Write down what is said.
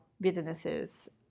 businesses